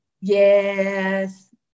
Yes